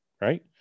right